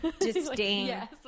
disdain